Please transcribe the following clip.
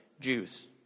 Jews